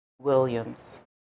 Williams